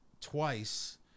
twice